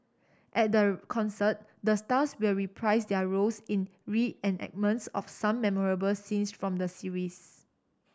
at the concert the stars will reprise their roles in reenactments of some memorable scenes from the series